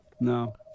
No